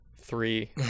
three